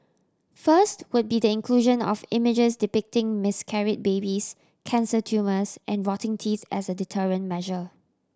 first would be the inclusion of images depicting miscarried babies cancer tumours and rotting teeth as a deterrent measure